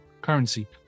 currency